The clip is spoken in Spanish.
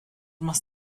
más